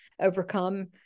overcome